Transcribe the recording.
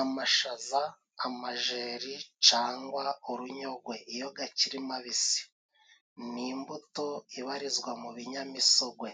Amashaza ,amajeri cyangwa urunyogwe iyo akiri mabisi. Ni imbuto ibarizwa mu binyamisogwe